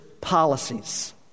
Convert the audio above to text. policies